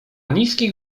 niskich